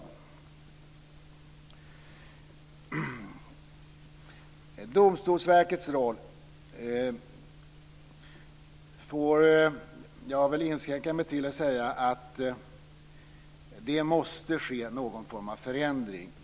Beträffande Domstolsverkets roll får jag väl inskränka mig till att säga att det måste ske någon form av förändring.